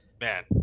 Man